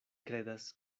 kredas